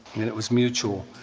and it was mutual.